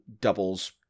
doubles